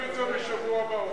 להעביר את הצעת חוק שירות המדינה (גמלאות)